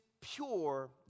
pure